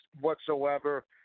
whatsoever